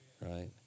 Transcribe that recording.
right